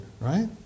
Right